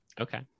Okay